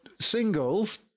singles